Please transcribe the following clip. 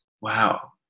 Wow